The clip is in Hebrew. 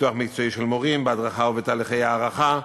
בפיתוח מקצועי של מורים, בהדרכה ובתהליכי הערכה.